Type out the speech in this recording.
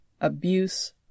abuse